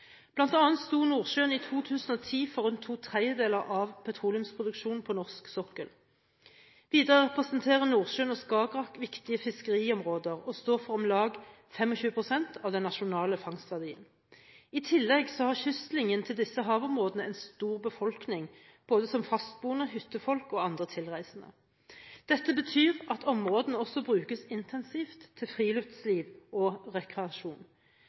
annet sto Nordsjøen i 2010 for rundt to tredjedeler av petroleumsproduksjonen på norsk sokkel. Videre representerer Nordsjøen og Skagerrak viktige fiskeriområder, og står for om lag 25 pst. av den nasjonale fangstverdien. I tillegg har kystlinjen til disse havområdene en stor befolkning både som fastboende, hyttefolk og andre tilreisende. Dette betyr at områdene også brukes intensivt til friluftsliv og rekreasjon.